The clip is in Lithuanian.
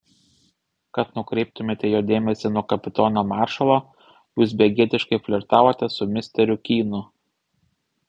kad nukreiptumėte jo dėmesį nuo kapitono maršalo jūs begėdiškai flirtavote su misteriu kynu